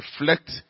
reflect